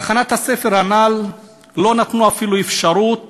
בהכנת הספר הנ"ל לא נתנו אפילו אפשרות